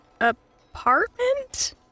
apartment